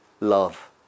love